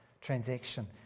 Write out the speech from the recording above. transaction